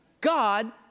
God